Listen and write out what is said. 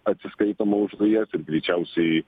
atsiskaitoma už dujas ir greičiausiai